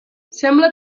sembla